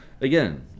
again